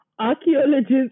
archaeologists